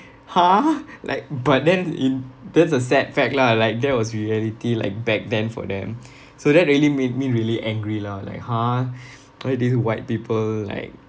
!huh! like but then in that's a sad fact lah like that was reality like back then for them so that really made me really angry lah like !huh! why these white people like